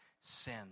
sin